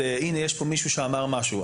הינה יש כאן מישהו שאמר משהו,